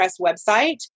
website